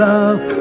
Love